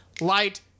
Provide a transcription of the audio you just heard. light